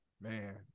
Man